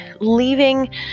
leaving